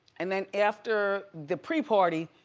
and then after the pre-party,